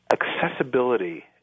accessibility